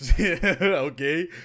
okay